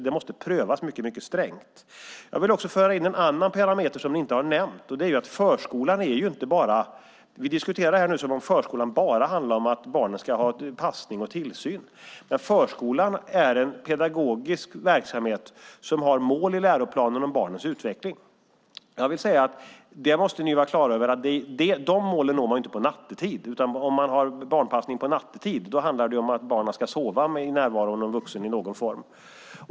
Det måste prövas mycket strängt. Jag vill föra in en parameter som ni inte har nämnt. Vi diskuterar detta som om förskolan bara handlar om att barnen ska ha passning och tillsyn. Förskolan är en pedagogisk verksamhet som har mål i läroplanen för barnens utveckling. Ni måste vara klara över att man inte når de målen nattetid. Om man har barnpassning på natten handlar det om att barnen ska sova i närvaro av en vuxen.